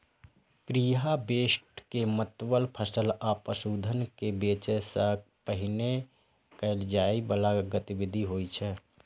preharvest के मतलब फसल या पशुधन कें बेचै सं पहिने कैल जाइ बला गतिविधि होइ छै